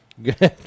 Good